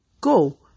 go